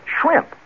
shrimp